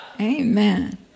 Amen